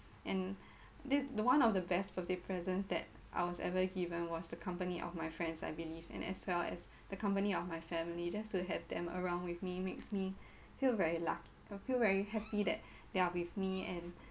and this the one of the best birthday presents that I was ever given was the company of my friends I believe and as well as the company of my family just to have them around with me makes me feel very luck uh feel very happy that they are with me and